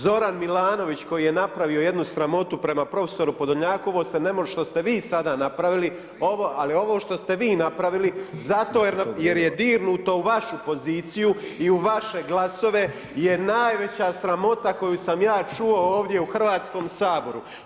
Zoran Milanović koji je napravio jednu sramotu prema prof. Podolnjaku ovo se ne može, što ste vi sad napravili, ovo, ali ovo što ste vi napravili zato jer je dirnuto u vašu poziciju i u vaše glasove je najveća sramota koju sam ja čuo ovdje u Hrvatskom saboru.